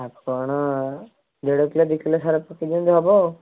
ଆପଣ ଦେଢ଼ କିଲୋ ଦୁଇ କିଲୋ ସାର ପକେଇ ଦିଅନ୍ତୁ ହେବ